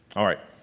alright.